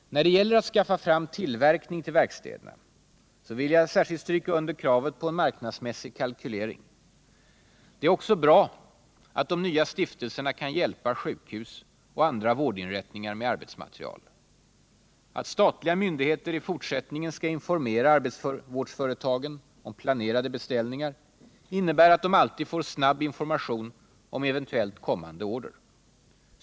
När det gäller att skaffa fram tillverkning till verkstäderna vill jag särskilt stryka under kravet på marknadsmässig kalkylering. Det är också bra att de nya stiftelserna kan hjälpa sjukhus och andra vårdinrättningar med arbetsmaterial. Att statliga myndigheter i fortsättningen skall informera arbetsvårdsföretagen om planerade beställningar innebär att de alltid får snabb information om eventuellt kommande order.